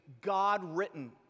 God-written